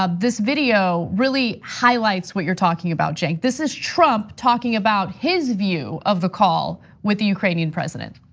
um this video really highlights what you're talking about, cenk. this is trump talking about his view of the call with the ukrainian president.